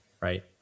right